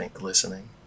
listening